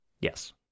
yes